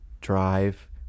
drive